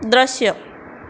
દૃશ્ય